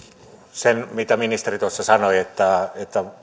ministeri tuossa sanoi että